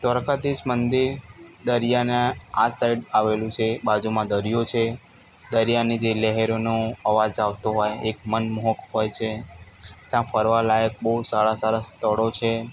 દ્વારકાધીશ મંદિર દરિયાને આ સાઈડ આવેલું છે બાજુમાં દરિયો છે દરિયાની જે લહેરોનો અવાજ આવતો હોય એક મનમોહક હોય છે ત્યાં ફરવાલાયક બહુ સારાં સારાં સ્થળો છે